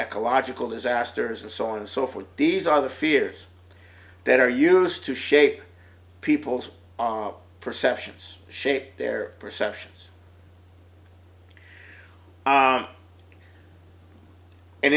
ecological disasters and so on and so forth these are the fears that are used to shape people's perceptions shape their perceptions